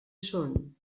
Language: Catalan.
són